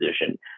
position